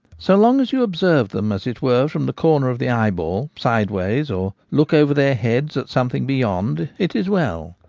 so long as you observe them, as it were, from the corner of the eyeball, sideways, or look over their heads at some thing beyond, it is well.